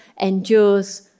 endures